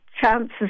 chances